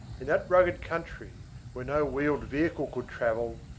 in that rugged country, where no wheeled vehicle could travel,